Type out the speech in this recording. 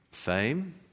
Fame